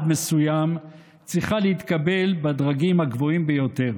מסוימת צריכה להתקבל בדרגים הגבוהים ביותר.